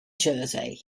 jersey